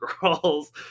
girls